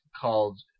called